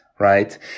Right